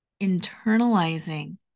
internalizing